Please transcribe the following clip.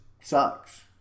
sucks